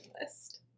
list